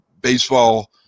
baseball –